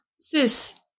Sis